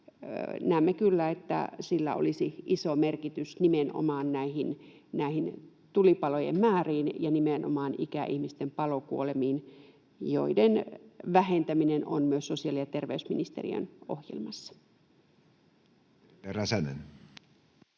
Näemme kyllä, että sillä olisi iso merkitys nimenomaan näiden tulipalojen määriin ja nimenomaan ikäihmisten palokuolemiin, joiden vähentäminen on myös sosiaali- ja terveysministeriön ohjelmassa.